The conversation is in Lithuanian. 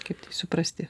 kaip tai suprasti